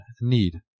need